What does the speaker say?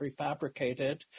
prefabricated